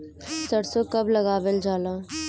सरसो कब लगावल जाला?